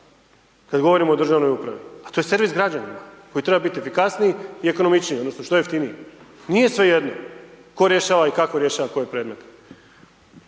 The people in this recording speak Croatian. kad govorimo o državnoj upravi a to je servis građanima koji treba biti efikasniji i ekonomičniji odnosno što jeftiniji. Nije svejedno tko rješava i kako rješava koje predmete.